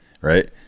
right